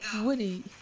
Woody